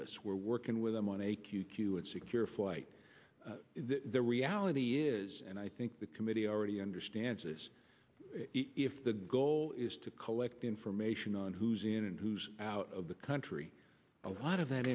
putz we're working with them on a q q and secure flight the reality is and i think the committee already understands this if the goal is to collect information on who's in who's out of the country a lot of that